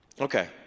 Okay